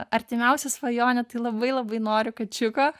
artimiausia svajonė tai labai labai noriu kačiuko